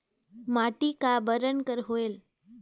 माटी का बरन कर होयल?